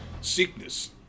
sickness